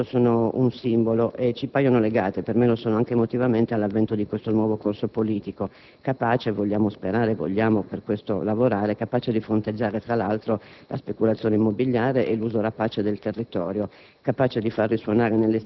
Quelle immagini sono appunto un simbolo e ci paiono legate, anche emotivamente, all'avvento del nuovo corso politico, capace - vogliamo sperare e, per questo, lavorare - di fronteggiare tra l'altro la speculazione immobiliare e l'uso rapace del territorio,